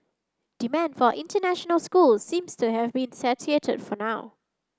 demand for international schools seems to have been for now